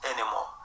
anymore